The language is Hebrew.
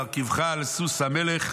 וארכיבך על סוס המלך,